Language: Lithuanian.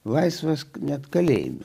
laisvas net kalėjime